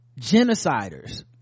genociders